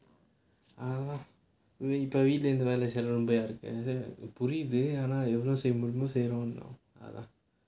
ah வீடும் இருந்து வேலை செய்றது வம்பா இருக்கு புரியுது ஆனா என்ன செய்ய முடியுமோ செய்றேன்னு அதான்:veedum irunthu velai seirathu vambaa irukku puriyuthu aanaa enna seiya mudiyumo seiraenu athaan